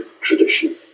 tradition